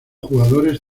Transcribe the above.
jugadores